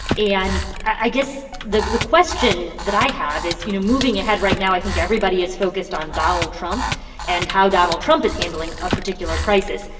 and i guess the the question that i have is, you know, moving ahead right now, i think everybody is focused on donald trump and how donald trump is handling a particular crisis.